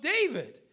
David